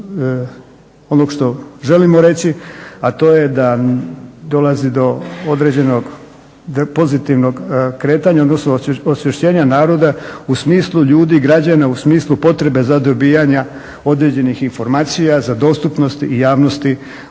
onog što želimo reći, a to je da dolazi do određenog pozitivnog kretanja, odnosno osvješćenja naroda u smislu ljudi i građana, u smislu potrebe za dobivanjem određenih informacija, za dostupnost javnosti